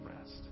rest